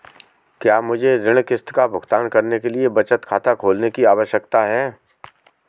क्या मुझे ऋण किश्त का भुगतान करने के लिए बचत खाता खोलने की आवश्यकता है?